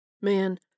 Man